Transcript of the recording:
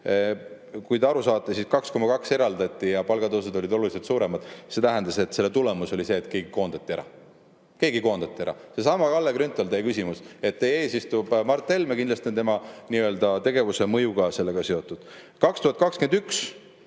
Kui te aru saate, siis 2,2% eraldati, aga palgatõusud olid oluliselt suuremad. See tähendab, et selle tulemusena keegi koondati ära. Keegi koondati ära. Seesama, Kalle Grünthal, teie küsimus. Teie ees istub Mart Helme, kindlasti on tema tegevuse mõju ka sellega seotud. 2021.